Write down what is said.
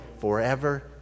forever